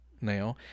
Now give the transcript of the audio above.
now